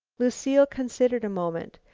lucile considered a moment.